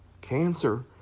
Cancer